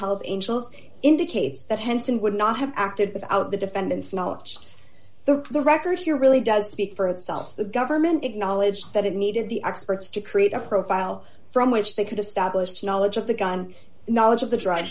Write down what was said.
hells angels indicates that henson would not have acted without the defendant's knowledge the record here really does speak for itself the government acknowledged that it needed the experts to create a profile from which they could establish knowledge of the gun knowledge of the dr